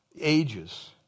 ages